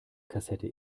kassette